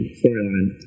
storyline